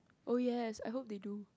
oh yes I hope they do